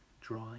dry